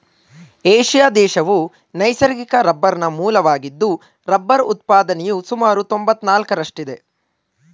Asia ದೇಶವು ನೈಸರ್ಗಿಕ ರಬ್ಬರ್ನ ಮೂಲವಾಗಿದ್ದು ರಬ್ಬರ್ ಉತ್ಪಾದನೆಯು ಸುಮಾರು ತೊಂಬತ್ನಾಲ್ಕರಷ್ಟಿದೆ